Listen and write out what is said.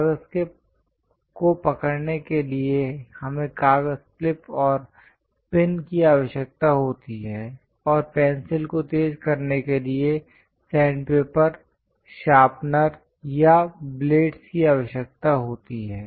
कागज को पकड़ने के लिए हमें कागज क्लिप और पिन की आवश्यकता होती है और पेंसिल को तेज करने के लिए सैंडपेपर शार्पनर या ब्लेडस् की आवश्यकता होती है